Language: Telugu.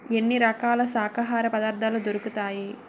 ఎన్ని రకాల శాకాహార పదార్థాలు దొరుకుతాయి